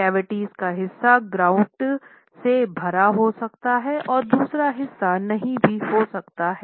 cavities का हिस्सा grout से भरा हो सकता है और दूसरा हिस्सा नहीं भी हो सकता है